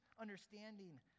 understanding